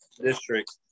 district